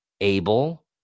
able